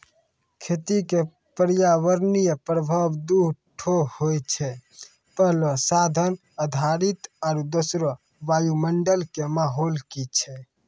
खेती क पर्यावरणीय प्रभाव दू ठो होय छै, पहलो साधन आधारित आरु दोसरो वायुमंडल कॅ माहौल की छै